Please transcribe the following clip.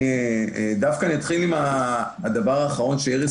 אני דווקא אתחיל עם הדבר האחרון שאיריס